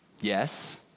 Yes